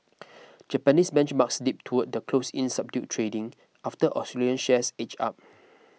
Japanese benchmarks dipped toward the close in subdued trading after Australian shares edged up